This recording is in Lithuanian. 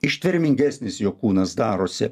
ištvermingesnis jo kūnas darosi